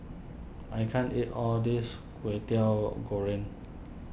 I can't eat all of this Kwetiau Goreng